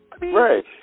right